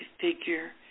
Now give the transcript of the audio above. figure